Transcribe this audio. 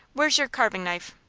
where's your carving-knife?